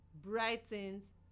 brightens